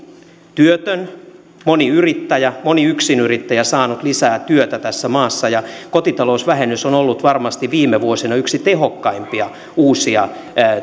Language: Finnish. työtön moni yrittäjä moni yksinyrittäjä saanut lisää työtä tässä maassa ja kotitalousvähennys on ollut varmasti viime vuosina yksi tehokkaimpia uusia